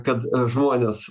kad žmonės